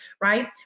right